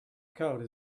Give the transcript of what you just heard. code